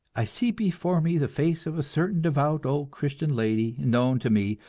i see before me the face of a certain devout old christian lady, known to me,